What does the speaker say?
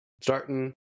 Starting